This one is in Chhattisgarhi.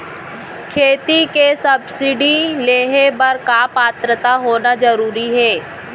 खेती के सब्सिडी लेहे बर का पात्रता होना जरूरी हे?